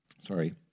Sorry